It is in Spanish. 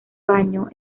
baño